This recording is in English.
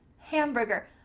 hamburger.